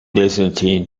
byzantine